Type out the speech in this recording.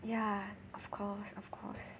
ya of course of course